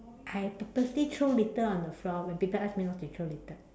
I purposely throw litter on the floor when people asked me not to litter